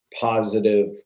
positive